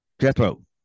Jethro